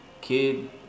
kid